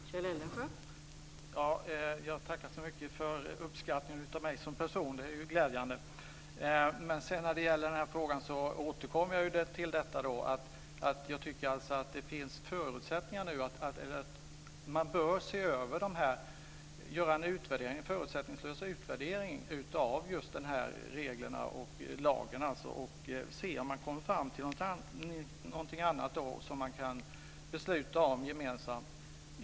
Fru talman! Jag tackar så mycket för uppskattningen av mig som person. Den är ju glädjande. Men jag återkommer till att jag tycker att man bör göra en förutsättningslös utvärdering av lagen och se om man kan komma fram till något annat som man kan besluta om gemensamt.